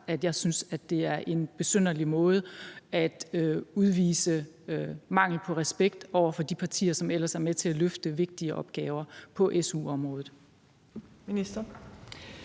jeg synes, det er en besynderlig måde, og at det er at udvise mangel på respekt over for de partier, som ellers er med til at løfte vigtige opgaver på su-området.